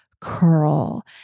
curl